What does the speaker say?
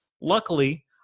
Luckily